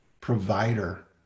provider